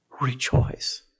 Rejoice